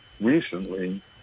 recently